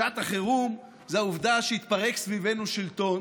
שעת החירום זאת העובדה שהתפרק סביבנו שלטון